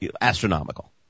astronomical